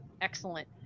Excellent